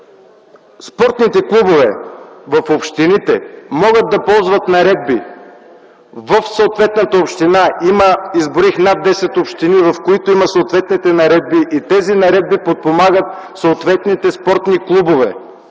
Спортните клубове в общините могат да ползват наредби. Изброих над 10 общини, в които има съответните наредби, които подпомагат съответните спортни клубове.